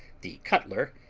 the cutler,